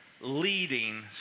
leading